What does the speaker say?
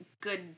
good